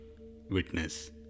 witness